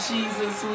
Jesus